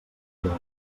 molt